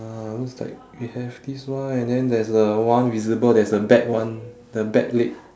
looks like we have this one and then there is a one visible there is a back one the back leg